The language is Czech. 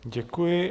Děkuji.